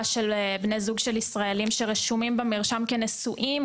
של בני זוג של ישראלים שרשומים במרשם כנשואים,